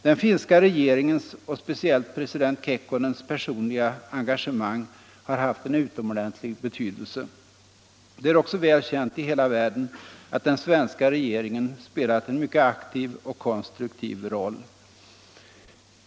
Den finska regeringens och speciellt president Kekkonens personliga engagemang har haft en utomordentlig betydelse. Det är också väl känt i hela världen att den svenska regeringen spelat en mycket aktiv och konstruktiv roll.